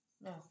No